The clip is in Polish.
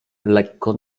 lekko